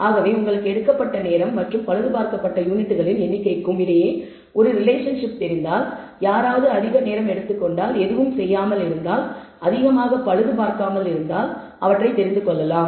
ஆகவே உங்களுக்கு எடுக்கப்பட்ட நேரம் மற்றும் பழுதுபார்க்கப்பட்ட யூனிட்களின் எண்ணிக்கைக்கும் இடையே ஒரு ரிலேஷன்ஷிப் தெரிந்தால் யாராவது அதிக நேரம் எடுத்துக் கொண்டால் எதுவும் செய்யாமல் இருந்தால் அதிகமாக பழுது பார்க்காமல் இருந்தால் அவற்றை தெரிந்து கொள்ளலாம்